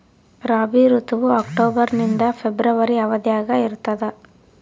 ರಾಬಿ ಋತುವು ಅಕ್ಟೋಬರ್ ನಿಂದ ಫೆಬ್ರವರಿ ಅವಧಿಯಾಗ ಇರ್ತದ